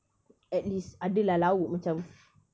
at least ada lah lauk macam